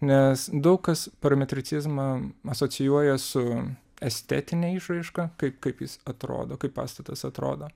nes daug kas parametricizmą asocijuoja su estetine išraiška kaip kaip jis atrodo kaip pastatas atrodo